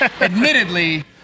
admittedly